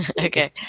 Okay